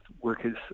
workers